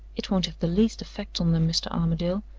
it won't have the least effect on them, mr. armadale,